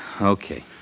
Okay